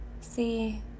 See